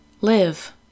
live